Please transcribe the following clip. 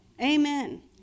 amen